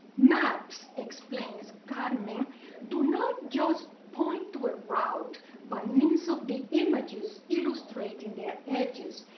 maps, explains carmen, do not just point to a route by means of the images illustrating their edges,